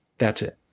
that's it,